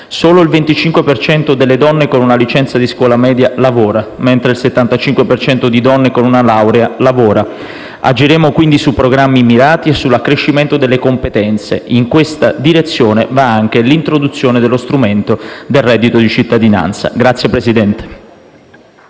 Solo il 25 per cento delle donne con una licenza di scuola media lavora, mentre il 75 per cento di donne con una laurea lavora. Agiremo quindi su programmi mirati e sull'accrescimento delle competenze. In questa direzione va anche l'introduzione dello strumento del reddito di cittadinanza. *(Applausi